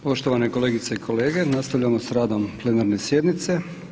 Poštovane kolegice i kolege, nastavljamo s radom plenarne sjednice.